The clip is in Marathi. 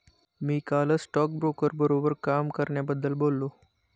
मी कालच स्टॉकब्रोकर बरोबर काम करण्याबद्दल बोललो